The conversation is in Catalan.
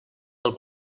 del